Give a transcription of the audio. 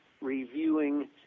reviewing